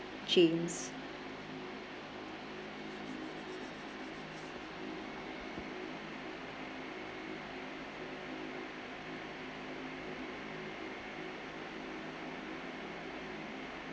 james